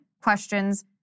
questions